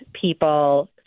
people